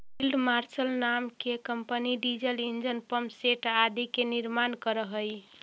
field marshal नाम के company diesel engine, pumpset आदि के निर्माण करऽ हई